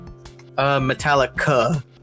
Metallica